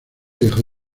dejó